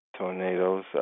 Tornadoes